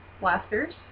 blasters